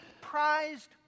prized